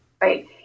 Right